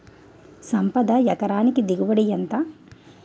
సంపద ఎకరానికి దిగుబడి ఎంత?